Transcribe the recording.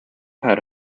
had